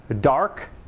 dark